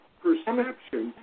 perception